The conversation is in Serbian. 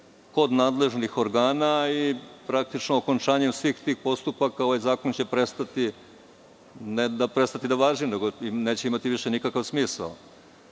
kod nadležnih organa i praktično okončanjem svih tih postupaka ovaj zakon će, ne prestati da važi, nego neće imati više nikakav smisao.